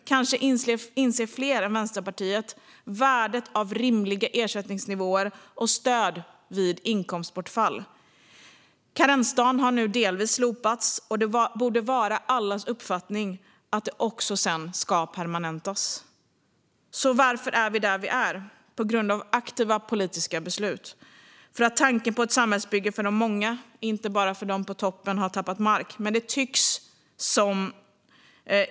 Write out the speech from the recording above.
Kanske inser fler än Vänsterpartiet värdet av rimliga ersättningsnivåer och stöd vid inkomstbortfall. Karensdagen har nu delvis slopats, och det borde vara allas uppfattning att detta också sedan ska permanentas. Varför är vi där vi är? Det är vi på grund av aktiva politiska beslut och för att tanken på ett samhällsbygge för de många och inte bara de på toppen har tappat mark.